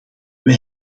wij